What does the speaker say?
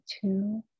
two